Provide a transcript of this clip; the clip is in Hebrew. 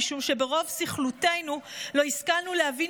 משום שברוב סכלותנו לא השכלנו להבין